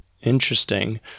Interesting